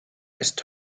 ist